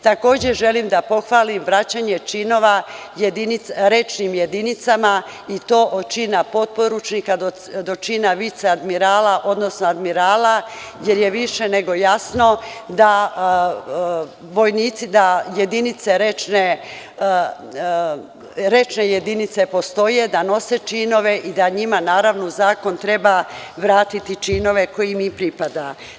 Takođe, želim da pohvalim vraćanje činova rečnim jedinicama i to od čina potporučnika do čina viceadmirala, odnosno admirala, jer je više nego jasno da jedinice, rečne jedinice postoje da nose činove i da njima naravno u zakon treba vratiti činove koji im i pripada.